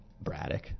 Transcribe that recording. Braddock